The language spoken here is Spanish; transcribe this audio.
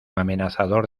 amenazador